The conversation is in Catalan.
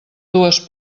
dues